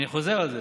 אני חוזר על זה: